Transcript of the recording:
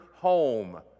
home